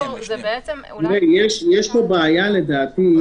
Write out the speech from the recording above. יש פה בעיה, לדעתי,